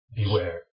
beware